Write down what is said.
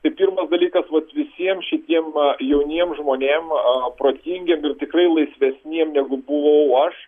tai pirmas dalykas vat visiem šitiem va jauniem žmonėm protingiem ir tikrai laisvesniem negu buvau aš